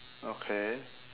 okay